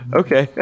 okay